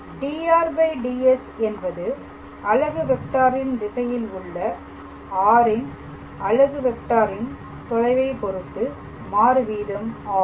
dr ds என்பது அலகு வெக்டாரின் திசையில் உள்ள r ன் அலகு வெக்டாரின் தொலைவை பொறுத்து மாறு வீதம் ஆகும்